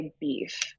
beef